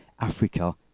Africa